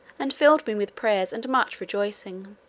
and filled me with prayers and much rejoicing.